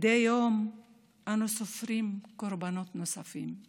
מדי יום אנו סופרים קורבנות נוספים.